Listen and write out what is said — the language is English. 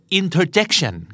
interjection